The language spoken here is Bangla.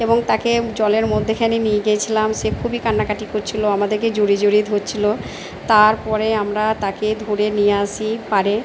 এবং তাকে জলের মধ্যিখানে নিয়ে গেছিলাম সে খুবই কান্নাকাটি করছিল আমাদেরকে জড়িয়ে জড়িয়ে ধরছিল তারপরে আমরা তাকে ধরে নিয়ে আসি পাড়ে